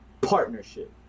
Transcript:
partnership